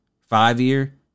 five-year